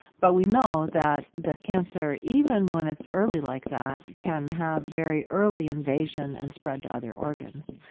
but we know that that cancer, even when it's early like that, can have very early invasion and spread to other organs.